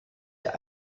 der